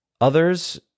Others